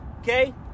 okay